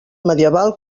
medieval